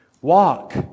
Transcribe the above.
Walk